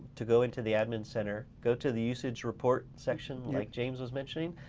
to go into the admin center, go to the usage report section, like james was mentioning.